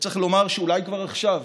וצריך לומר שאולי כבר עכשיו,